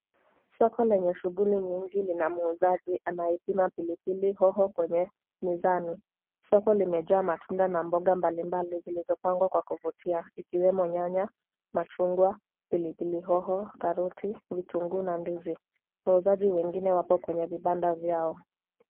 Soko lenye shuguli nyingi lina muuzaji anayepima pilipilihoho kwenye mizani. Soko limejaa matunda na mboga mbalimbali zilizopangwa kwa kuvutia ikiwemo nyanya, machungwa, pilipilihoho, karoti vitunguu na ndizi. Wauzaji wengine wapo kwenye vibanda vyao.